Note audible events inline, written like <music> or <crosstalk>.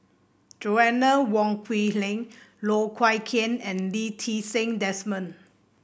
Joanna Wong Quee <unintelligible> Loh Wai Kiew and Lee Ti Seng Desmond